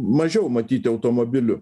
mažiau matyti automobilių